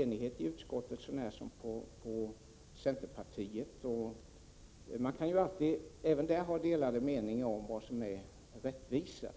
enighet i utskottet, så när som på centerpartiet. Man kan även på detta område ha delade meningar om vad som är rättvisa.